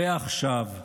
ועכשיו.